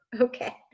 okay